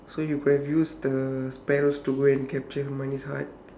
so he could have used the spells to go and capture hermione's heart